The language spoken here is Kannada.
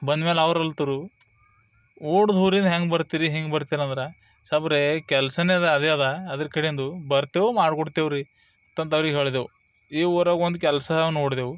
ಬಂದ ಮೇಲೆ ಅವರಲ್ತರು ಓಟು ದೂರಿಂದ ಹೆಂಗೆ ಬರ್ತೀರಿ ಹಿಂಗೆ ಬರ್ತಿರಿ ಅಂದ್ರು ಸಾಬ್ರೆ ಕೆಲಸನೆ ಅದು ಅದೇ ಅದ ಅದ್ರ ಕಡೆಂದ ಬರ್ತೆವೆ ಮಾಡಿ ಕೊಡ್ತೆವು ರೀ ಅಂತಂದು ಅವ್ರಿಗೆ ಹೇಳಿದೆವು ಈ ಊರಾಗೆ ಒಂದು ಕೆಲಸ ನೋಡಿದೆವು